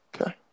Okay